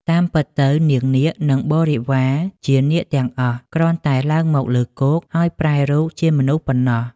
តាមពិតទៅ នាងនាគ និងបរិវារជានាគទាំងអស់ គ្រាន់តែឡើងមកលើគោក ហើយប្រែរូបជាមនុស្សប៉ុណ្ណោះ។